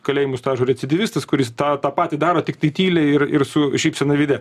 kalėjimų stažo recidyvistas kuris tą tą patį daro tiktai tyliai ir ir su šypsena veide